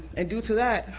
and due to that,